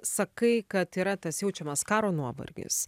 sakai kad yra tas jaučiamas karo nuovargis